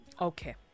Okay